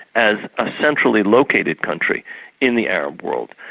as a centrally-located country in the arab world.